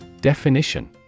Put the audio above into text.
Definition